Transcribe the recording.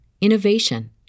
innovation